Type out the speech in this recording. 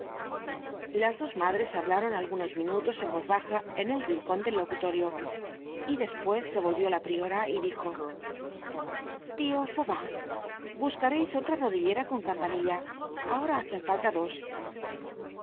las dos madres hablaron algunos minutos en voz baja en el rincon del locutorio y despues se volvió la priora y dijo tío fauvent buscareis otra rodillera con campanilla ahora hacen falta dos